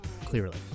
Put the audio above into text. Clearly